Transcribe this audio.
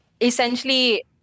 essentially